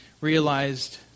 realized